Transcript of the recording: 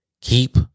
Keep